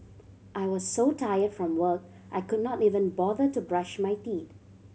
I was so tire from work I could not even bother to brush my teeth